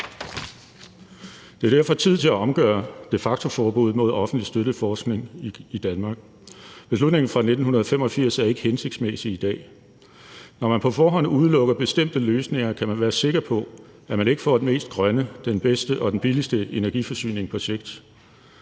Det er derfor tid til at omgøre de facto-forbuddet mod offentligt støttet forskning i Danmark. Beslutningen fra 1985 er ikke hensigtsmæssig i dag. Når man på forhånd udelukker bestemte løsninger, kan man være sikker på, at man ikke får den mest grønne, den bedste og den billigste energiforsyning på sigt.